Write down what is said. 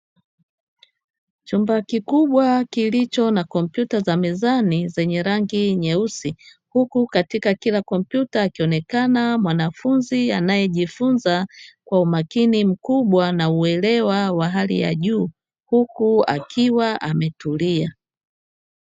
Chumba kikubwa, kilicho na kompyuta za mezani zenye rangi nyeusi, huku katika kila kompyuta akionekana mwanafunzi anayejifunza kwa umakini mkubwa na uelewa wa hali ya juu, huku akiwa ametulia.